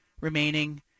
remaining